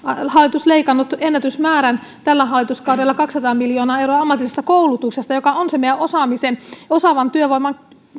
leikanneet ennätysmäärän tällä hallituskaudella kaksisataa miljoonaa euroa ammatillisesta koulutuksesta joka on sen meidän osaamisemme osaavan työvoiman